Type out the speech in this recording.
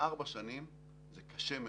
בארבע שנים זה קשה מאוד.